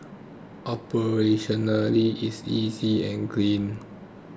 operationally it's easy and clean